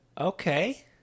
Okay